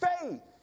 faith